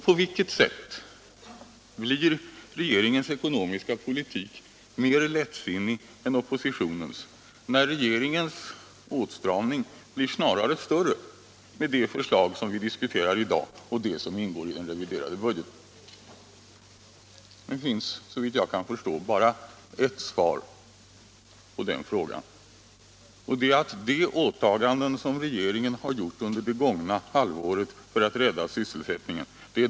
På vilket sätt blir regeringens ekonomiska politik mer lättsinnig än oppositionens, när regeringens åtstramning snarare blir större med de förslag som vi diskuterar i dag och de som ingår i den reviderade budgeten? Det finns, såvitt jag kan förstå, bara ett svar på den frågan, och det är att oppositionen syftar på de åtaganden som regeringen har gjort under det gångna halvåret för att rädda sysselsättningen.